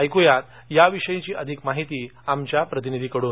एकुयात या विषयीची अधिक माहिती आमच्या प्रतिनिधी कडून